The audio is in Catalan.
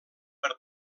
per